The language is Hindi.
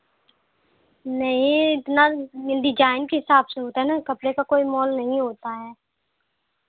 नहीं इतना डिजाइन के हिसाब से होता है ना कपड़े का कोई मोल नहीं होता है